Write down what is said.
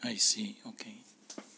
I see okay